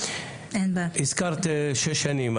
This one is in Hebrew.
הזכרת שש שנים,